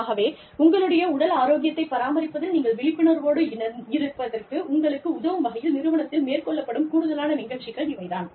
ஆகவே உங்களுடைய உடல் ஆரோக்கியத்தைப் பராமரிப்பதில் நீங்கள் விழிப்புணர்வோடு இருப்பதற்கு உங்களுக்கு உதவும் வகையில் நிறுவனத்தில் மேற்கொள்ளப்படும் கூடுதலான நிகழ்ச்சிகள் இவை தான்